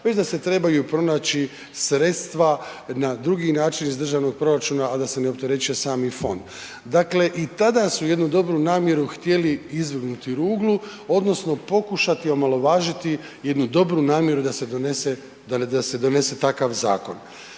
već da se trebaju pronaći sredstva na drugi način iz državnog proračuna, a da se ne opterećuje sami fond. Dakle i tada su jednu dobru namjeru htjeli izvrgnuti ruglu odnosno pokušati omalovažiti jednu dobru namjeru da se donese takav zakon.